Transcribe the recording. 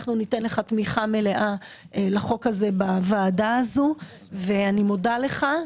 ניתן לך תמיכה מלאה לחוק הזה בוועדה הזו ואני מודה לך.